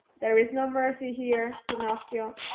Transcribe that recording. there is no mercy here, pinocchio.